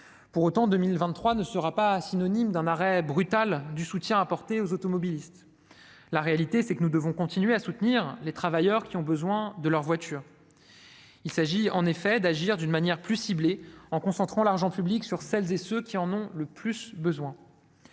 Pour autant, 2023 ne sera pas synonyme d'un arrêt brutal du soutien apporté aux automobilistes. La réalité, c'est que nous devons continuer à soutenir les travailleurs qui ont besoin de leur voiture. Il s'agit en effet d'agir de manière plus ciblée, en concentrant l'argent public sur celles et ceux qui en ont le plus besoin.